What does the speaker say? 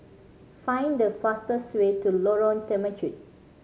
find the fastest way to Lorong Temechut